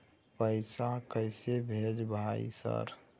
पैसा कैसे भेज भाई सर?